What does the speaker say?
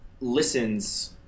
listens